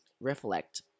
Reflect